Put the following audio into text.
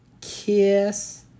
Kiss